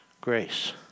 grace